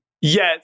Yes